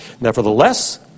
Nevertheless